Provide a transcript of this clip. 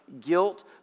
guilt